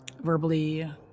verbally